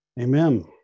Amen